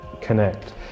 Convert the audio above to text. connect